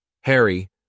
Harry